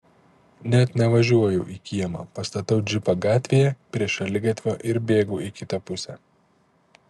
net nevažiuoju į kiemą pastatau džipą gatvėje prie šaligatvio ir bėgu į kitą pusę